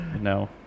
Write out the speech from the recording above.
No